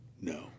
no